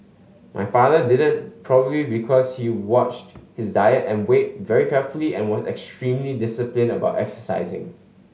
my father didn't probably because he watched his diet and weight very carefully and was extremely disciplined about exercising